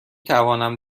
توانم